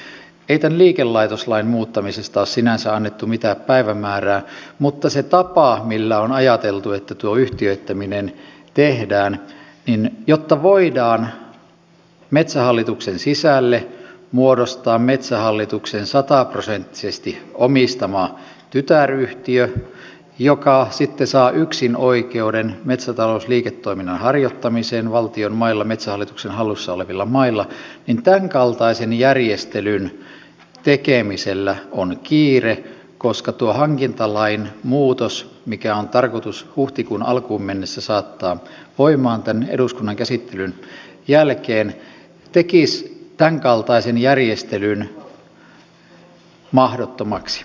ei tämän liikelaitoslain muuttamisesta ole sinänsä annettu mitään päivämäärää mutta siinä tavassa millä on ajateltu että tuo yhtiöittäminen tehdään jotta voidaan metsähallituksen sisälle muodostaa metsähallituksen sataprosenttisesti omistama tytäryhtiö joka sitten saa yksinoikeuden metsätalousliiketoiminnan harjoittamiseen valtion mailla metsähallituksen hallussa olevilla mailla tämän kaltaisen järjestelyn tekemisellä on kiire koska tuo hankintalain muutos mikä on tarkoitus huhtikuun alkuun mennessä saattaa voimaan eduskunnan käsittelyn jälkeen tekisi tämän kaltaisen järjestelyn käytännössä mahdottomaksi